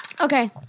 okay